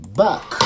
back